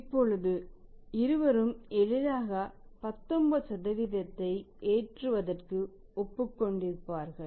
இந்த வழக்கில் இருவரும்எளிதாக 19 ஐ ஏற்றுவதற்கு ஒப்புக் கொண்டிருப்பார்கள்